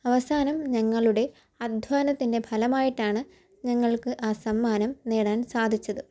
അവസാനം ഞങ്ങളുടെ അദ്ധ്വാനത്തിൻ്റെ ഫലമായിട്ടാണ് ഞങ്ങൾക്ക് ആ സമ്മാനം നേടാൻ സാധിച്ചത്